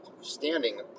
standing